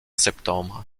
septembre